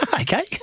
Okay